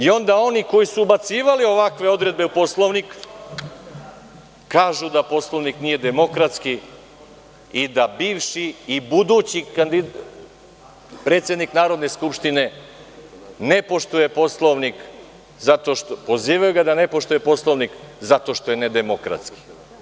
Onda oni koji su ubacivali ovakve odredbe u Poslovnik kažu da Poslovnik nije demokratski i da bivši i budući predsednik Narodne skupštine ne poštuje Poslovnik, odnosno pozivaju ga da ne poštuje Poslovnik zato što je nedemokratski.